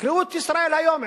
תקראו את "ישראל היום",